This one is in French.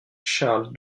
charles